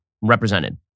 represented